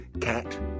cat